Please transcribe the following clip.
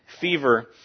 fever